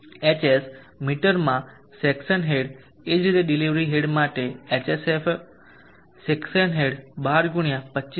hs મીટરમાં section head એ જ રીતે ડિલિવરી હેડ માટે hsf સેક્શન હેડ 12 ગુણ્યા 25